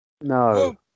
No